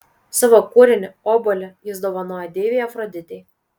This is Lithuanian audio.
savo kūrinį obuolį jis dovanojo deivei afroditei